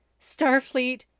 Starfleet